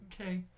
Okay